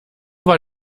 war